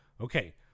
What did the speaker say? okay